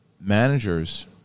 managers